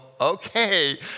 okay